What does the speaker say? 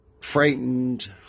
frightened